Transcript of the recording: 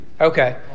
Okay